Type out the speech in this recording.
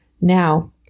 Now